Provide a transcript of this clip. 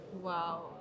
Wow